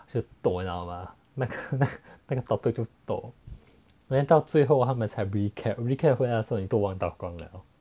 就 toh 你知道吗那个 topic 就 toh then 到最后他们才 recap recap 的时候你都忘到光了